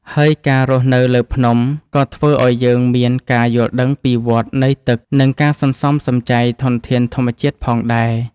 ហើយការរស់នៅលើភ្នំ ក៏ធ្វើឲ្យយើងមានការយល់ដឹងពីវដ្តនៃទឹក និងការសន្សំសំចៃធនធានធម្មជាតិផងដែរ។